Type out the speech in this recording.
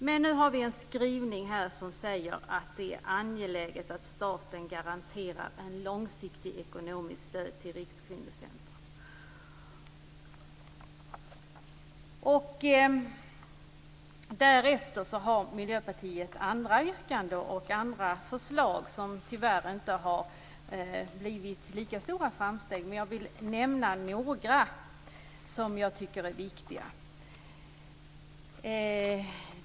Men nu har vi en skrivning som säger att det är angeläget att staten garanterar ett långsiktigt ekonomiskt stöd till Miljöpartiet har andra yrkanden och förslag som vi tyvärr inte nått lika stora framsteg med, men jag vill nämna några som jag tycker är viktiga.